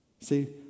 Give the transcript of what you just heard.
See